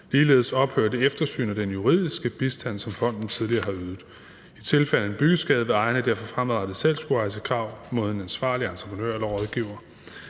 Ligeledes ophører det eftersyn og den juridiske bistand, som fonden tidligere har ydet. I tilfælde af en byggeskade vil ejerne derfor fremadrettet selv skulle rejse krav mod en ansvarlig entreprenør eller rådgiver.